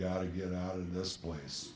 got to get out of this place